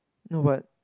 no but